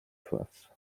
coiffe